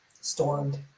stormed